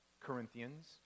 Corinthians